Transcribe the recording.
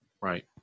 Right